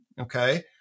okay